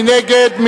מי נגד?